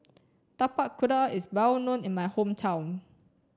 Tapak Kuda is well known in my hometown